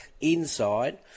inside